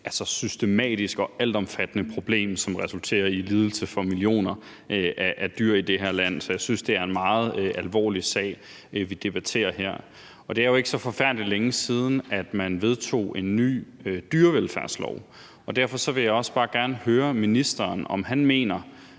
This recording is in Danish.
systematisk og altomfattende problem, som resulterer i lidelse for millioner af dyr i det her land. Så jeg synes, det er en meget alvorlig sag, vi debatterer her. Det er jo ikke så forfærdelig længe siden, at man vedtog en ny dyrevelfærdslov. Derfor vil jeg også bare gerne høre ministeren, om han mener,